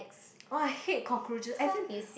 oh I hate cockroaches as in